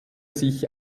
sich